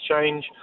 change